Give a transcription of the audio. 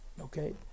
Okay